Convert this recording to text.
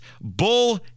bull